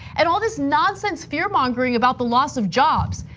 and all this nonsense fear mongering about the loss of jobs.